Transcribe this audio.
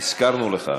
הזכרנו לך.